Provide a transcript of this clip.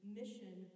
mission